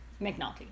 McNulty